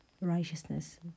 righteousness